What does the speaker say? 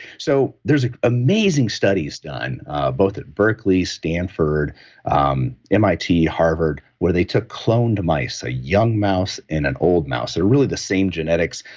so there's amazing studies done both at berkeley, stanford um mit, harvard, where they took clone to mice, a young mouse and an old mouse. they're really the same genetics.